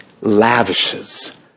lavishes